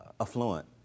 affluent